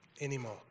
anymore